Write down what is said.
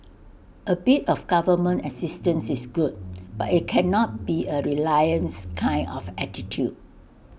A bit of government assistance is good but IT cannot be A reliance kind of attitude